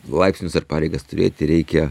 laipsnius ir pareigas turėti reikia